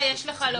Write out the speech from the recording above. מה